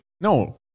No